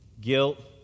guilt